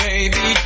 Baby